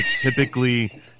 typically